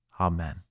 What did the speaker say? Amen